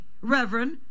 Reverend